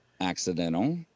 accidental